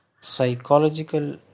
psychological